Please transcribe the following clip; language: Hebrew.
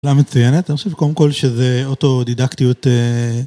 למה מצויינת? אני חושב שקודם כל שזה אוטודידקטיות אה...